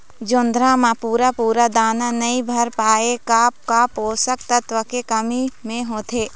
जोंधरा म पूरा पूरा दाना नई भर पाए का का पोषक तत्व के कमी मे होथे?